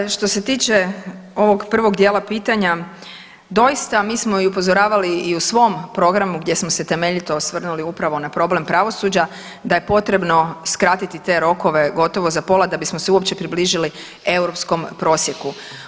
Dakle, što se tiče ovog prvog dijela pitanja doista mi smo i upozoravali i u svom programu gdje smo se temeljito osvrnuli upravo na problem pravosuđa da je potrebno skratiti te rokove gotovo za pola da bismo uopće približili europskom prosjeku.